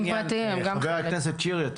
חבר הכנסת שירי,